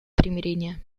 примирения